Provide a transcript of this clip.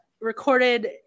recorded